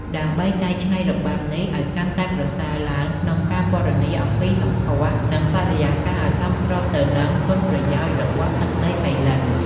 ដើម្បីកែច្នៃរបាំនេះឲ្យកាន់តែប្រសើរឡើងក្នុងការពណ៌នាអំពីសម្ផស្ស និងបរិយាកាសឲ្យសមស្របទៅនឹងគុណប្រយោជន៍របស់ទឹកដីប៉ៃលិន។